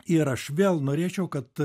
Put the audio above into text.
ir aš vėl norėčiau kad